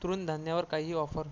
तृणधान्यावर काही ऑफर